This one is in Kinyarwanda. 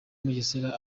mugesera